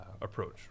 approach